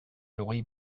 hogei